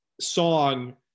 song